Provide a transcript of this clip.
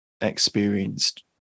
experienced